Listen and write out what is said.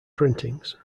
printings